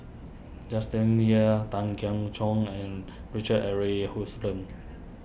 Justin Yip Tan Keong Choon and Richard Eric Houston